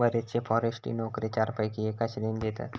बरेचशे फॉरेस्ट्री नोकरे चारपैकी एका श्रेणीत येतत